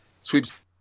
sweeps